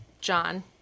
John